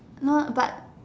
no ah but